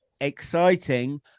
exciting